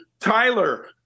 Tyler